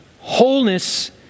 wholeness